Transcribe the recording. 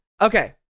Okay